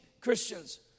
Christians